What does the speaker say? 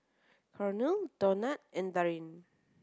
Cornel Donat and Darin